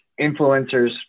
influencers